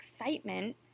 excitement